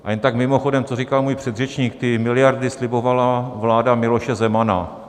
A jen tak mimochodem, co říkal můj předřečník: ty miliardy slibovala vláda Miloše Zemana.